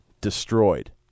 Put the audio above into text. destroyed